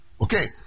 Okay